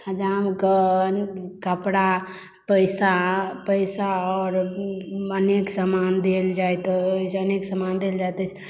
हजाम के कपड़ा पैसा पैसा आओर अनेक समान देल जाइत अछि अनेक समान देल जाइत अछि